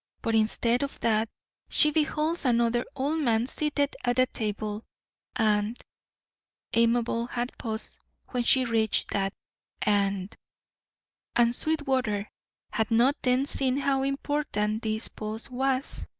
but instead of that she beholds another old man seated at a table and amabel had paused when she reached that and and sweetwater had not then seen how important this pause was,